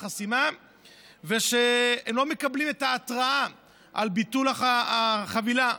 לא מקבלים את ההתראה על ביטול החבילה.